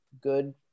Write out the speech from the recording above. good